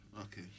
Okay